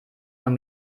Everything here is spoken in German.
von